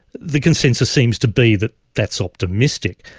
the consensus seems to be that that's optimistic.